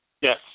Yes